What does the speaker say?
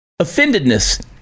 Offendedness